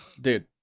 dude